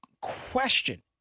question